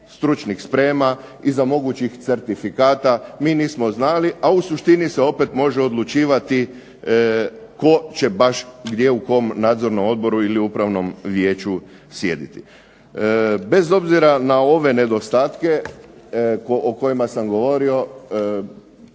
stručnih sprema, iza mogućih certifikata, mi nismo znali a u suštini se opet može odlučivati tko će baš u kom nadzornom odboru ili upravnom vijeću sjediti. Bez obzira na ove nedostatke o kojima sam govorio